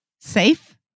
safe